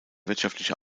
wirtschaftliche